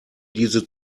diese